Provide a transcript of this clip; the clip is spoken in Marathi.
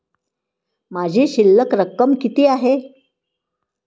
माझी शिल्लक रक्कम किती आहे?